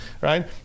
right